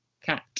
Cat